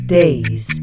days